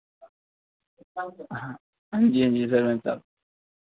हांजी हांजी सरपैंच साह्ब